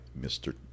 Mr